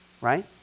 right